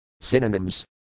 Synonyms